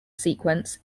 sequence